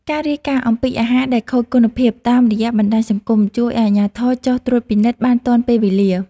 ការរាយការណ៍អំពីអាហារដែលខូចគុណភាពតាមរយៈបណ្តាញសង្គម ជួយឱ្យអាជ្ញាធរចុះត្រួតពិនិត្យបានទាន់ពេលវេលា។